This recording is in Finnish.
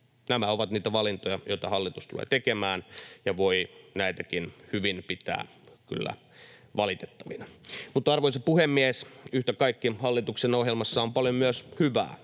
Nämä ovat niitä valintoja, joita hallitus tulee tekemään, ja voi näitäkin hyvin pitää kyllä valitettavina. Mutta, arvoisa puhemies, yhtä kaikki: Hallituksen ohjelmassa on paljon myös hyvää